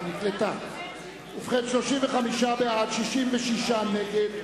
66 נגד,